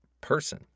person